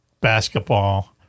basketball